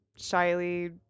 shyly